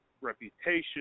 reputation